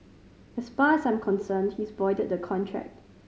as far as I'm concerned he's voided the contract